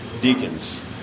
deacons